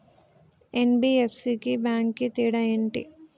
NBFC కి bank కి తేడా ఏంటి?